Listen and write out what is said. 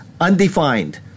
undefined